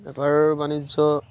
বেপাৰ বাণিজ্য